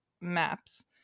maps